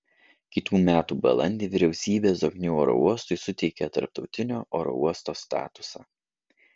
kitų metų balandį vyriausybė zoknių oro uostui suteikė tarptautinio oro uosto statusą